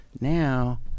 Now